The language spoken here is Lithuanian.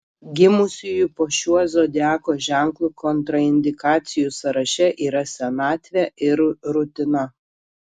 gimusiųjų po šiuo zodiako ženklu kontraindikacijų sąraše yra senatvė ir rutina